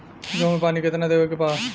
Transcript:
गेहूँ मे पानी कितनादेवे के बा?